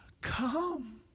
come